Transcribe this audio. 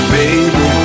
baby